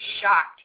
shocked